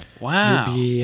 Wow